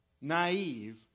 naive